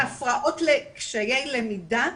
הפרעות לקשיי למידה,